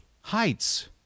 Heights